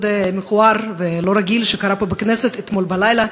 מכוער ולא רגיל שקרה פה בכנסת אתמול בלילה,